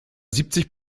siebzig